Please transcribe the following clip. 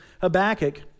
Habakkuk